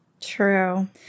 True